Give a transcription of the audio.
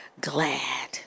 glad